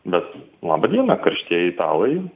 bet laba diena karštieji italai